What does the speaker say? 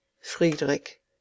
Friedrich